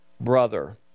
brother